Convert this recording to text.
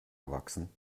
erwachsen